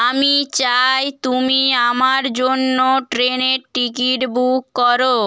আমি চাই তুমি আমার জন্য ট্রেনের টিকিট বুক করো